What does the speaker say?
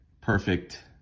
Perfect